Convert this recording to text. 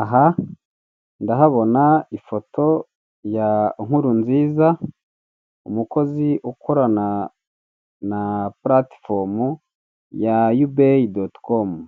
Aha ndahabona ifoto ya Nkurunziza, umukozi ukorana na puratifomu ya Yubeyi doti komu,